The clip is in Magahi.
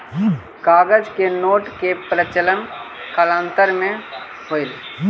कागज के नोट के प्रचलन कालांतर में होलइ